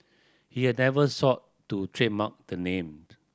he has never sought to trademark the name